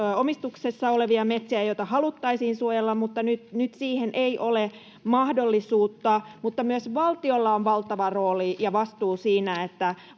yksityisomistuksessa olevia metsiä, joita haluttaisiin suojella, mutta nyt siihen ei ole mahdollisuutta. Mutta myös valtiolla on valtava rooli ja vastuu siinä,